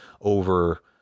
over